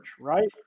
right